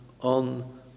on